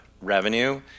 revenue